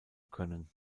können